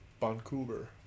Vancouver